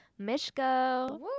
mishko